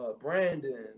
Brandon